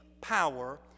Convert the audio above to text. power